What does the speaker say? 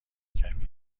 کمی